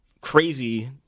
crazy